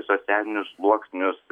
socialinius sluoksnius